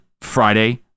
Friday